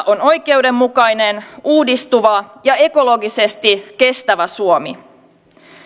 on oikeudenmukainen uudistuva ja ekologisesti kestävä suomi